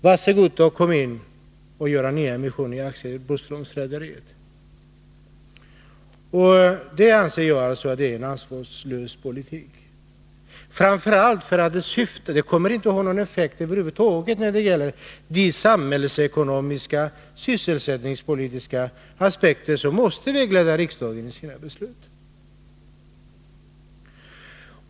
”Var så god, kom och gör nyemissioner i Broströms Rederi AB!” Detta anser jag vara en ansvarslös politik. Den kommer över huvud taget inte att ge några sysselsättningspolitiska effekter, något som måste vägleda riksdagen i dess beslut.